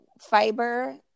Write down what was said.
fiber